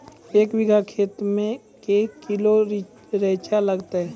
एक बीघा खेत मे के किलो रिचा लागत?